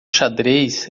xadrez